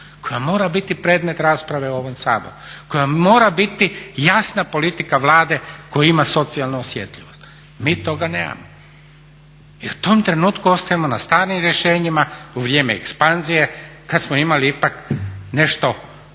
koja mora biti predmet rasprave u ovom Saboru, koja mora biti jasna politika Vlade koja ima socijalnu osjetljivost. Mi toga nema. I u tom trenutku ostajemo na starim rješenjima u vrijeme ekspanzije kada smo imali ipak nešto